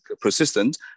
persistent